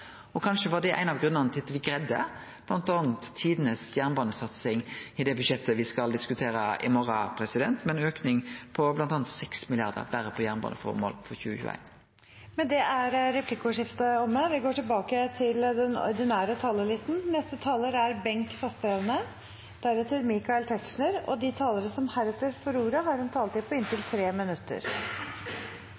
Og kanskje var det ein av grunnane til at me greidde å få til bl.a. den store jernbanesatsinga i det budsjettet me skal diskutere i morgon, med ei auke på bl.a. 6 mrd. kr berre til jernbaneføremål for 2021. Replikkordskiftet er omme. De talere som heretter får ordet, har en taletid på inntil